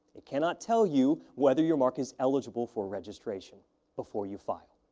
it cannot tell you whether your mark is eligible for registration before you file.